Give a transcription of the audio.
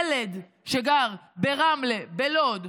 ילד שגר ברמלה, בלוד,